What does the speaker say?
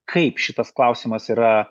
kaip šitas klausimas yra